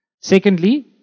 Secondly